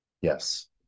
yes